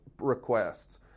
requests